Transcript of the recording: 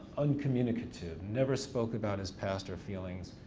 uncommunicative. never spoke about his past or feelings,